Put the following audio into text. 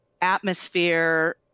atmosphere